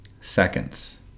seconds